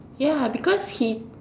ya because he